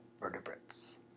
vertebrates